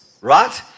Right